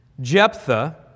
Jephthah